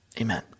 Amen